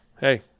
hey